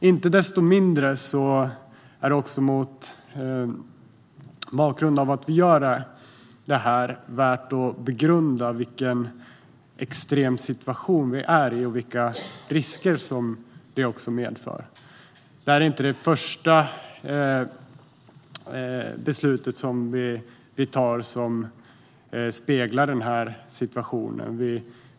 Inte desto mindre är det mot bakgrund av att vi gör detta värt att begrunda vilken extrem situation vi befinner oss i och vilka risker det medför. Detta är inte det första beslut vi tar som speglar situationen.